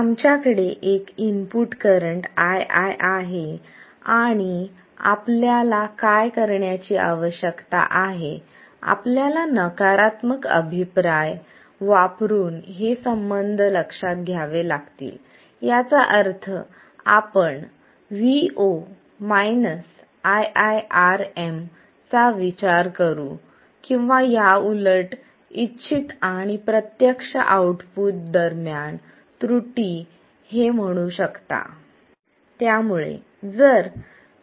आमच्याकडे एक input current ii आहे आणि आपल्याला काय करण्याची आवश्यकता आहे आपल्याला नकारात्मक अभिप्राय वापरुन हे संबंध लक्षात घ्यावे लागतील याचा अर्थ आपण vo iiRm चा विचार करू किंवा याउलट इच्छित आणि प्रत्यक्ष आउटपुट दरम्यान त्रुटी हे म्हणू शकता